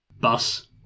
Bus